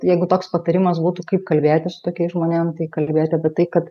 jeigu toks patarimas būtų kaip kalbėti su tokiais žmonėm tai kalbėti apie tai kad